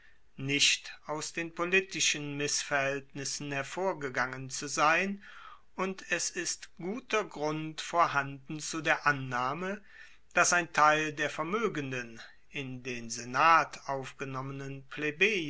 nicht aus den politischen missverhaeltnissen hervorgegangen zu sein und es ist guter grund vorhanden zu der annahme dass ein teil der vermoegenden in den senat aufgenommenen